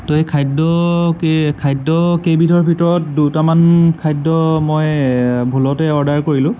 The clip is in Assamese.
তো সেই খাদ্য খাদ্যকেইবিধৰ ভিতৰত দুটামান খাদ্য মই ভূলতে অৰ্ডাৰ কৰিলোঁ